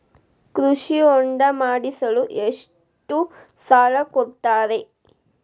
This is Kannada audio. ಕೃಷಿ ಹೊಂಡ ಮಾಡಿಸಲು ಎಷ್ಟು ಸಾಲ ಕೊಡ್ತಾರೆ?